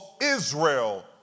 Israel